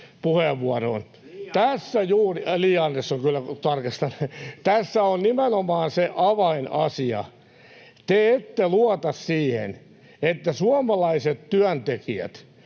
Tässä on nimenomaan se avainasia: te ette luota siihen, että suomalaiset työntekijät